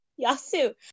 Yasu